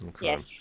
Yes